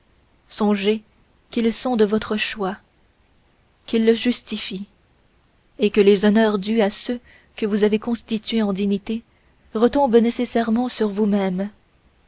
songez qu'ils sont de votre choix qu'ils le justifient et que les honneurs dus à ceux que vous avez constitués en dignité retombent nécessairement sur vous-mêmes